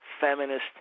feminist